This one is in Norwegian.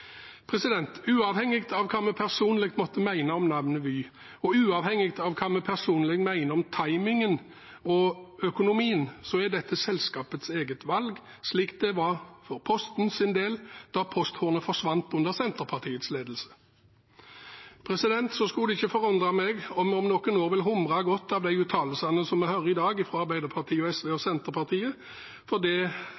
Uavhengig av hva vi personlig måtte mene om navnet Vy, og uavhengig av hva vi personlig mener om timingen og økonomien, er dette selskapets eget valg, slik det var for Posten sin del da posthornet forsvant under Senterpartiets ledelse. Det skulle ikke forundre meg om vi om noen år vil humre godt av de uttalelsene vi i dag hører fra Arbeiderpartiet, SV og